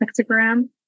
hexagram